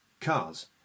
cars